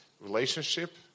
relationship